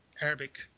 Arabic